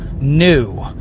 new